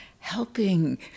helping